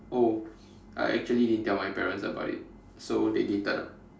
oh I actually didn't tell my parents about it so they didn't turn up